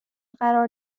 قرار